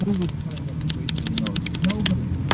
who is telling them to breathe through the nose? nobody.